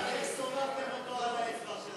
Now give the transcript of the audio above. לוועדה שתקבע ועדת הכנסת נתקבלה.